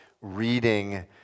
reading